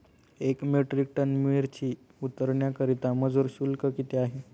एक metric ton मिरची उतरवण्याकरता मजूर शुल्क किती आहे?